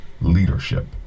Leadership